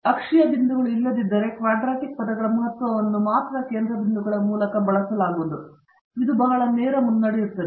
ಅಕ್ಷೀಯ ಬಿಂದುಗಳು ಇಲ್ಲದಿದ್ದರೆ ಕ್ವಾಡ್ರಾಟಿಕ್ ಪದಗಳ ಮಹತ್ವವನ್ನು ಮಾತ್ರ ಕೇಂದ್ರ ಬಿಂದುಗಳ ಮೂಲಕ ಬಳಸಲಾಗುವುದು ಇದು ಬಹಳ ನೇರ ಮುನ್ನಡೆಯುತ್ತದೆ